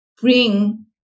bring